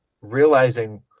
realizing